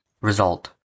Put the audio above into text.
Result